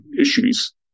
issues